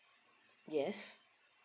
yes